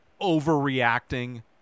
overreacting